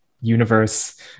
universe